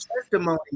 testimony